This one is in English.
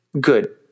good